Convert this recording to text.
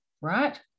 right